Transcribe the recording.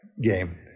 game